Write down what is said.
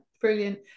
Brilliant